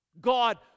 God